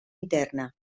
interna